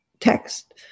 text